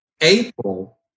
April